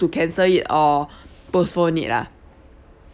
to cancel it or postpone it lah